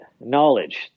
knowledge